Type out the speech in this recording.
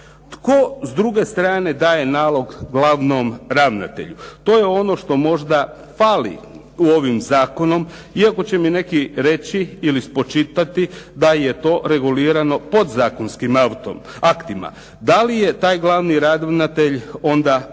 Tko s druge strane daje nalog glavnom ravnatelju? To je ono što možda fali u ovom zakonu, iako će mi neki reći ili spočitati da je to regulirano podzakonskim aktima. Da li je taj glavni ravnatelj onda autonoman?